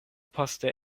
poste